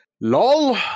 lol